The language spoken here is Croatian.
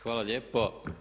Hvala lijepo.